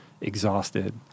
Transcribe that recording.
exhausted